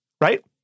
right